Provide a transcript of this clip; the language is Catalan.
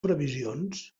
previsions